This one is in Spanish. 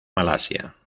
malasia